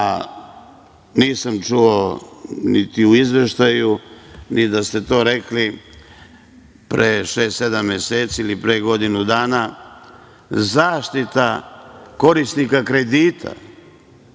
a nisam čuo niti u Izveštaju da ste to rekli, pre šest-sedam meseci ili pre godinu dana, zaštita korisnika kredita,